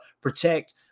protect